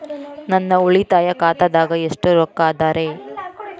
ನನ್ನ ಉಳಿತಾಯ ಖಾತಾದಾಗ ಎಷ್ಟ ರೊಕ್ಕ ಅದ ರೇ?